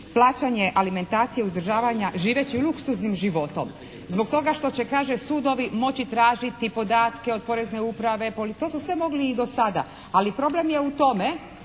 plaćanje alimentacije uzdržavanja živeći luksuznim životom zbog toga što će kaže, sudovi moći tražiti podatke od porezne uprave, policije, to su sve mogli i do sada. Ali problem je u tome,